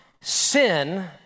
Sin